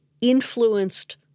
influenced